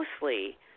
mostly